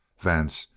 vance,